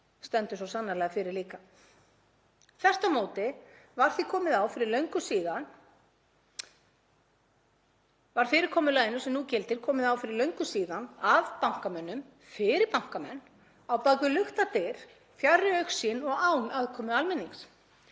stendur svo sannarlega fyrir líka. Þvert á móti var fyrirkomulaginu sem nú gildir komið á fyrir löngu síðan af bankamönnum fyrir bankamenn á bak við luktar dyr, fjarri augsýn og án aðkomu almennings.